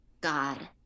God